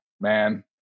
man